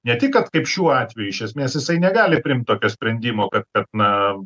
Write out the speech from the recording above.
ne tik kad kaip šiuo atveju iš esmės jisai negali priimt tokio sprendimo pep pep na